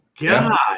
God